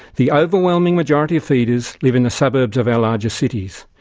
the overwhelming majority of feeders live in the suburbs of our larger cities.